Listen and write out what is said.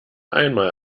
einmal